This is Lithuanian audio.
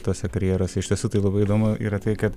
tuose karjeras iš tiesų tai labai įdomu yra tai kad